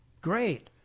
Great